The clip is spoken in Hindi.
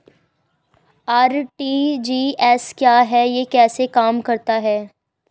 आर.टी.जी.एस क्या है यह कैसे काम करता है?